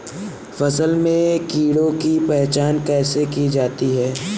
फसल में कीड़ों की पहचान कैसे की जाती है?